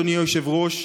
אדוני היושב-ראש,